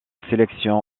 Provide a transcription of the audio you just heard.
sélection